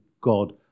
God